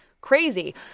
crazy